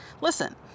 Listen